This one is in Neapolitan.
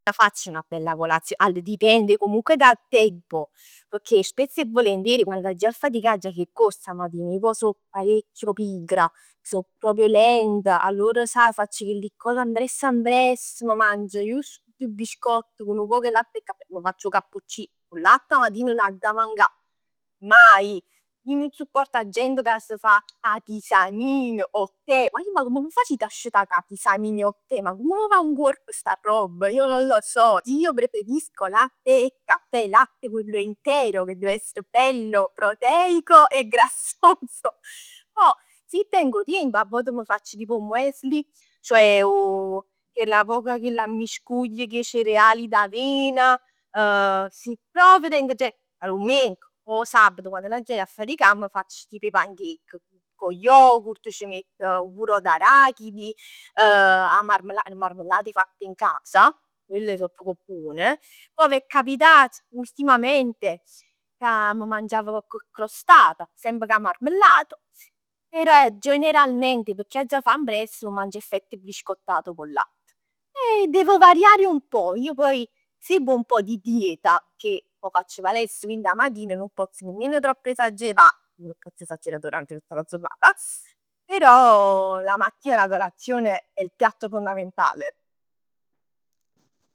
Facc 'na bella colazion. Allor dipende comunque dal tempo, pecchè spesso e volentieri quann aggia ji 'a faticà aggia fa 'e corse 'a matin, ij pò so parecchio pigra, so proprio lenta. Allora saj, faccio chelli cos ambress ambress, m' mangio justo doje biscotti cu nu poc 'e latte e cafè. M' faccio 'o cappuccin. 'O latte 'a matin nun adda mancà, maje. Ij nun support 'a gent ca s' fa 'a tisanin, 'o thè. Guagliù ma come v' facit 'a scetà cu 'a tisanin e 'o thè? Ma comm v' và nguorp sta robb? Io non lo so. Io preferisco latte e caffè, latte quello intero, che deve essere bello, proteico e grassoso. Poj si teng 'o tiemp avvot m' faccio tipo 'o muesli, cioè 'o chella poc, chell miscuglio cu 'e cereali d'avena. Si proprio teng genio, 'a dumennic, o 'o sabat quann nun aggia jì 'a faticà m'faccio tipo 'e pancake. Cu 'o yogurt, c' metto 'o burro d'arachidi, 'a marmellat. 'e marmellat fatte in casa, quelle so proprio buone. Pò m'è capitato ultimamente ca m' mangiav cocche crostata semp cu 'a marmellat. Però generalmente pecchè aggia fa ambress, m' mangio 'e fette biscottate cu 'o latt. Devo variare un pò, io poi seguo un pò di dieta, pecchè pò facc palestra, quindi 'a matin nun pozz nemmeno tropp esagerà. Nun pozz esagerà durante tutta la giornata, però la mattina la colazione è il piatto fondamentale.